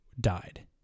died